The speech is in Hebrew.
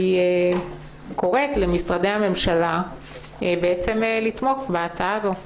אני קוראת למשרדי הממשלה לתמוך בהצעה הזאת.